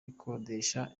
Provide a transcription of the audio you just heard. akodesha